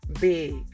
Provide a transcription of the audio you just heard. Big